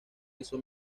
hizo